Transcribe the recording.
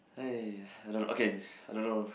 !hai! I don't know okay I don't know